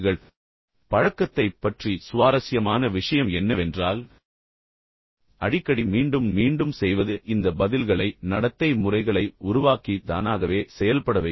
இப்போது பழக்கத்தைப் பற்றி சுவாரஸ்யமான விஷயம் என்னவென்றால் அடிக்கடி மீண்டும் மீண்டும் செய்வது இந்த பதில்களை நடத்தை முறைகளை உருவாக்கி தானாகவே செயல்பட வைக்கும்